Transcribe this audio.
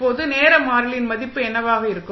இப்போது நேர மாறிலியின் மதிப்பு என்னவாக இருக்கும்